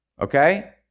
Okay